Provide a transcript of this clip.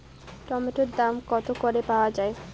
টমেটোর দাম কত করে পাওয়া যায়?